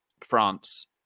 France